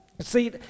see